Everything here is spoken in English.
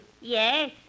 Yes